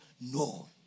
No